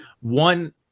one